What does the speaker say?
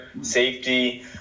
safety